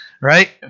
right